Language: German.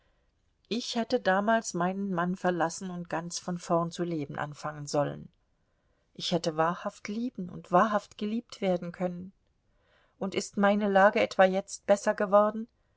ich hätte damals meinen mann verlassen und ganz von vorn zu leben anfangen sollen ich hätte wahrhaft lieben und wahrhaft geliebt werden können und ist meine lage etwa jetzt besser geworden